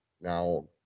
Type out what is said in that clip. Now